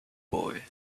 boy